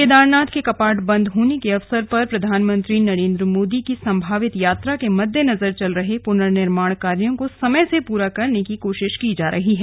केदारनाथ के कपाट बंद होने के अवसर पर प्रधानमंत्री नरेंद्र मोदी की संभावित यात्रा के मद्देनजर चल रहे पुनर्निर्माण कार्यो को समय से पूरा करने की कोशिश की जा रही है